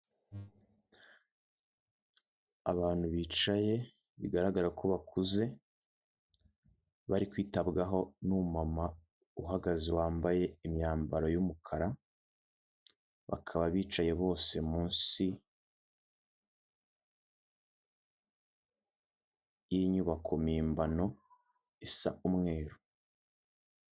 Abantu bicaye bigaragara ko bakuze, bari kwitabwaho n'umumama uhagaze wambaye imyambaro y'umukara, bakaba bicaye bose munsi y'inyubako mpimbano isa umweru.